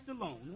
alone